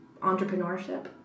entrepreneurship